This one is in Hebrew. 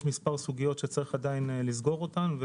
יש מספר סוגיות שצריך לעדיין לסגור אותן.